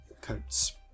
coat's